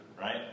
right